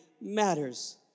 matters